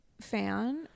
fan